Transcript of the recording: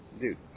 Dude